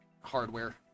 hardware